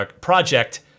project